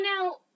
now